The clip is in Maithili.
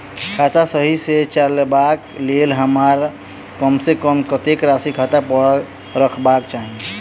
खाता सही सँ चलेबाक लेल हमरा कम सँ कम कतेक राशि खाता पर रखबाक चाहि?